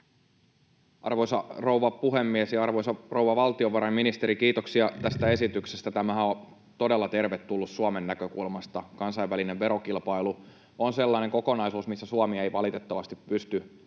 Arvoisa rouva puhemies! Arvoisa rouva valtiovarainministeri! Kiitoksia tästä esityksestä. Tämähän on todella tervetullut Suomen näkökulmasta. Kansainvälinen verokilpailu on sellainen kokonaisuus, missä Suomi ei valitettavasti ole